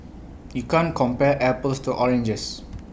you can't compare apples to oranges